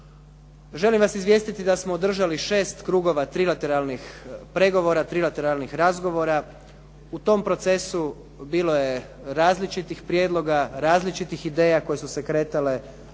Želim vas izvijestiti da smo održali 6 krugova trirateralnih pregovora, trirateralnih razgovora. U tom procesu bilo je različitih prijedloga, različitih ideja koje su se kretale